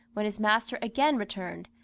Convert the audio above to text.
when his master again returned,